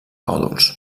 còdols